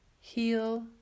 heal